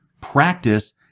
practice